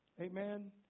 Amen